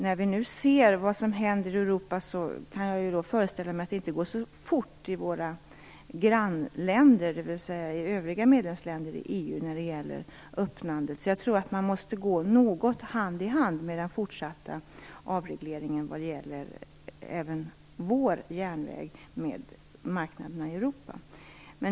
När vi nu ser vad som händer i Europa, kan jag föreställa mig att det inte går så fort i våra grannländer och i övriga medlemsländer i EU med öppnandet, så jag tror att den fortsatta avregleringen av vår järnväg måste gå hand i hand med utvecklingen på marknaderna i Europa.